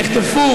כנסת נכבדה,